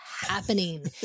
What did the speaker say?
happening